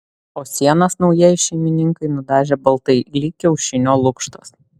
o sienas naujieji šeimininkai nudažė baltai lyg kiaušinio lukštas